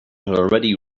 already